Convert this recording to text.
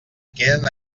queden